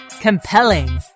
Compelling